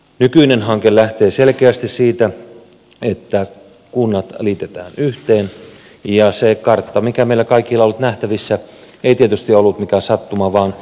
nykyinen hanke lähtee selkeästi siitä että kunnat liitetään yhteen ja se kartta mikä meillä kaikilla on ollut nähtävissä ei tietysti ollut mikään sattuma vaan valmistelun pohja